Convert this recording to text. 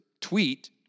tweet